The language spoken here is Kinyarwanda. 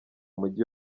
mujyi